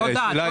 תודה.